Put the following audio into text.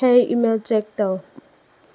ꯍꯦ email check ꯇꯧ